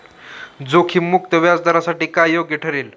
जोखीम मुक्त व्याजदरासाठी काय योग्य ठरेल?